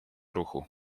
ruchu